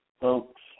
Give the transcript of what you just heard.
folks